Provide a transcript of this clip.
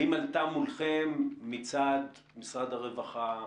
האם עלתה מולכם מצד משרד הרווחה,